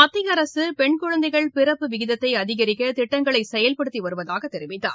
மத்திய அரசு பெண் குழந்தைகள் பிறப்பு விகிதத்தை அதிகரிக்க திட்டங்களை செயல்படுத்தி வருவதாகத் தெரிவித்தார்